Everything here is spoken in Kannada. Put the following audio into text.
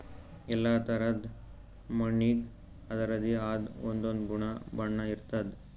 ಎಲ್ಲಾ ಥರಾದ್ ಮಣ್ಣಿಗ್ ಅದರದೇ ಆದ್ ಒಂದೊಂದ್ ಗುಣ ಬಣ್ಣ ಇರ್ತದ್